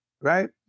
right